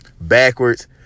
backwards